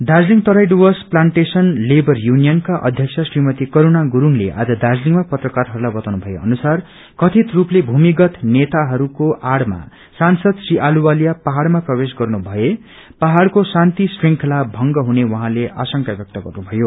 Darjeeling Terai Dooars plantation लेवर युनियनका अध्यक्ष श्रीमती करणा गुरुङले आज दार्जीलिङमा पत्रकारहरूलाई बताउनु भए अनुसार कथित रूपले भूमिगत नेताहरूको आड़मा सांसद श्री अहलुवालिया पहाड़मा प्रवेश गर्नुषए पहाड़को शान्ति श्रंखला भंग हुने उहाँले आशंका व्यक्त गर्नुभयो